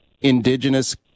Indigenous